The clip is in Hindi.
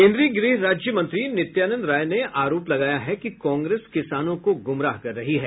केन्द्रीय गृह राज्य मंत्री नित्यानंद राय ने आरोप लगाया है कि कांग्रेस किसानों को गुमराह कर रही है